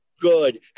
good